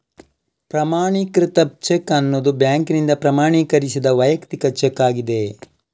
ಪ್ರಮಾಣೀಕೃತ ಚೆಕ್ ಅನ್ನುದು ಬ್ಯಾಂಕಿನಿಂದ ಪ್ರಮಾಣೀಕರಿಸಿದ ವೈಯಕ್ತಿಕ ಚೆಕ್ ಆಗಿದೆ